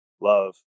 love